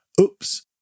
Oops